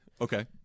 Okay